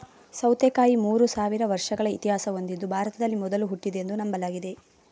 ಸೌತೆಕಾಯಿ ಮೂರು ಸಾವಿರ ವರ್ಷಗಳ ಇತಿಹಾಸ ಹೊಂದಿದ್ದು ಭಾರತದಲ್ಲಿ ಮೊದಲು ಹುಟ್ಟಿದ್ದೆಂದು ನಂಬಲಾಗಿದೆ